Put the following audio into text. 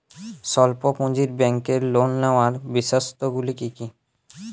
স্বল্প পুঁজির ব্যাংকের লোন নেওয়ার বিশেষত্বগুলি কী কী?